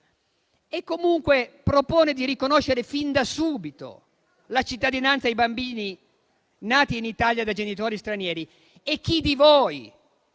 e comunque propone di riconoscere fin da subito la cittadinanza ai bambini nati in Italia da genitori stranieri e chi di voi